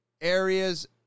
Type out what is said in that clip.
areas